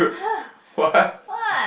!huh! what